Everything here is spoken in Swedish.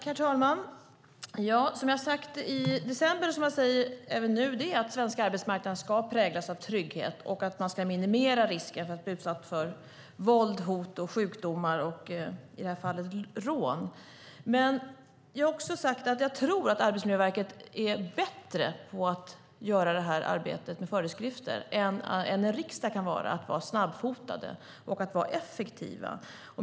Herr talman! Som jag har sagt i december och som jag säger även nu ska svensk arbetsmarknad präglas av trygghet och man ska minimera risken för att bli utsatt för våld, hot, sjukdomar och i det här fallet rån. Men jag har också sagt att jag tror att Arbetsmiljöverket är bättre, mer snabbfotade och effektiva när det gäller att utföra arbetet med föreskrifter än en riksdag kan vara.